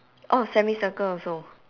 oh semicircle also